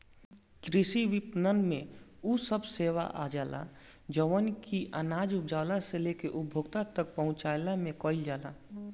कृषि विपणन में उ सब सेवा आजाला जवन की अनाज उपजला से लेके उपभोक्ता तक पहुंचवला में कईल जाला